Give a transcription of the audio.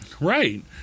Right